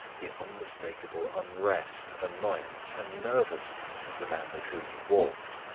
the unmistakable unrest, annoyance, and nervousness of the man with whom he walked.